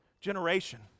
generation